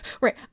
Right